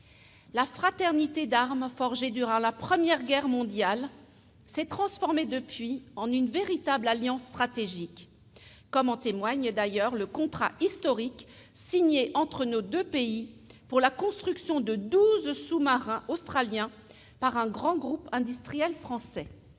La fraternité d'armes forgée durant la Première Guerre mondiale s'est transformée depuis en une véritable alliance stratégique, comme en témoigne le contrat historique signé entre nos deux pays pour la construction de douze sous-marins australiens par un grand groupe industriel français.